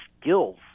skills